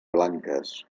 blanques